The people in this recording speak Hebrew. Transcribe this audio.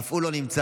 אף הוא לא נמצא.